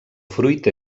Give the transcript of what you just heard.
fruit